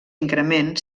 increment